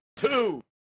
two